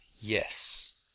yes